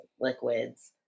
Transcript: liquids